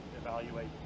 evaluate